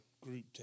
group